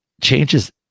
changes